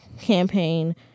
campaign